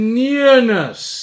nearness